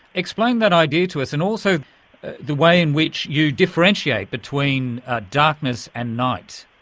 explain that idea to us, and also the way in which you differentiate between darkness and night.